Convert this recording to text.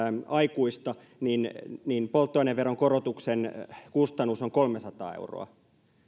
aikuista polttoaineveron korotuksen kustannus on kolmesataa euroa